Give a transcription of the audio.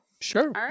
Sure